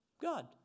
God